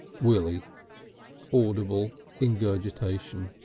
willie audible ingurgitation.